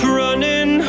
running